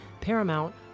Paramount